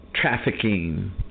trafficking